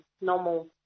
normal